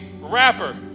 rapper